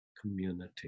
community